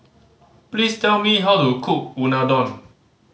please tell me how to cook Unadon